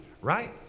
right